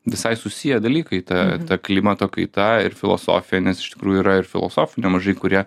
visai susiję dalykai ta ta klimato kaita ir filosofija nes iš tikrųjų yra ir filosofų nemažai kurie